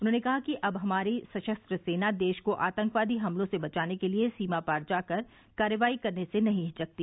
उन्होंने कहा कि अब हमारी सशस्त्र सेना देश को आतंकवादी हमलों से बचाने के लिए सीमा पार जाकर कार्रवाई करने से नहीं हिचकती